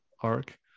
arc